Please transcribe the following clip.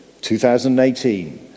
2018